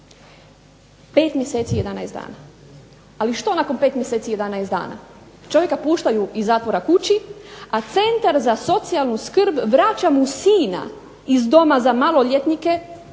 5 mjeseci 11 dana. Ali što nakon 5 mjeseci i 11 dana? Čovjeka puštaju iz zatvora kući, a centar za socijalnu skrb vraća mu sina iz doma za maloljetnike